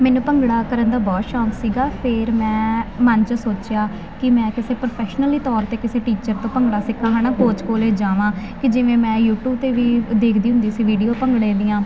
ਮੈਨੂੰ ਭੰਗੜਾ ਕਰਨ ਦਾ ਬਹੁਤ ਸ਼ੌਂਕ ਸੀਗਾ ਫੇਰ ਮੈਂ ਮਨ ਚ ਸੋਚਿਆ ਕਿ ਮੈਂ ਕਿਸੇ ਪ੍ਰੋਫੈਸ਼ਨਲੀ ਤੌਰ ਤੇ ਕਿਸੇ ਟੀਚਰ ਤੋਂ ਭੰਗੜਾ ਸਿੱਖਾ ਹਨਾ ਭੋਜ ਕੋਲੇ ਜਾਵਾਂ ਕਿ ਜਿਵੇਂ ਮੈਂ ਯੂਟਿਬ ਤੇ ਵੀ ਦੇਖਦੀ ਹੁੰਦੀ ਸੀ ਵੀਡੀਓ ਭੰਗੜੇ ਦੀਆਂ